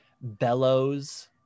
Bellows